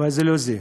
אבל זה לא זה.